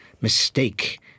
mistake